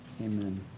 Amen